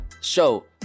show